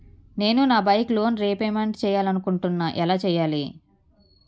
నేను నా bike loan repayment చేయాలనుకుంటున్నా ఎలా చేయాలి?